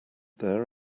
there